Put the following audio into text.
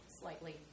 slightly